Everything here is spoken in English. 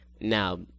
now